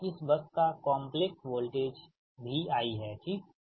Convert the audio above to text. और इस बस का कॉम्प्लेक्स वोल्टेज Vi है ठीक